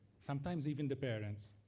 sometimes even the parents.